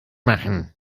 machen